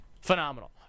Phenomenal